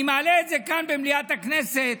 אני מעלה את זה כאן, במליאת הכנסת,